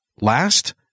Last